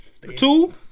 Two